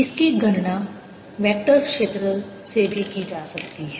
इसकी गणना वेक्टर क्षेत्र से भी की जा सकती है